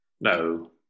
No